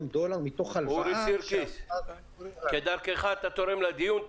דולר מתוך הלוואה- - כדרכך אתה תורם לדיון.